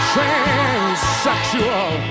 Transsexual